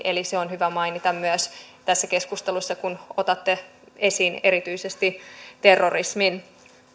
eli se on hyvä mainita myös tässä keskustelussa kun otatte esiin erityisesti terrorismin